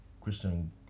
Christian